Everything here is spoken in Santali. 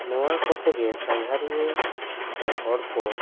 ᱱᱚᱣᱟ ᱠᱚᱛᱮ ᱜᱮ ᱥᱟᱸᱜᱷᱟᱨᱤᱭᱟᱹ ᱥᱮ ᱦᱚᱲ ᱠᱚ